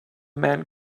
man